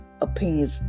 opinions